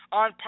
on